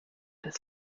des